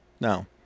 No